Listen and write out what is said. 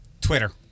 Twitter